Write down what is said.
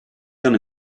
hanno